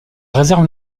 réserve